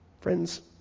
Friends